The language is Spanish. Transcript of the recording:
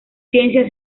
ciencia